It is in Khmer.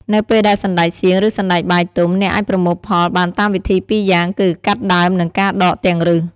នៅពេលដែលសណ្ដែកសៀង ឬសណ្ដែកបាយទុំ អ្នកអាចប្រមូលផលបានតាមវិធីពីរយ៉ាងគឺ កាត់ដើម និងការដកទាំងឫស។